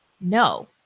No